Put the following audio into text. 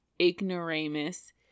ignoramus